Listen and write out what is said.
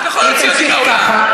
אם תמשיך ככה,